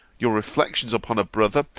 your reflections upon a brother,